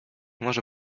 może